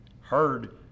heard